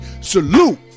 salute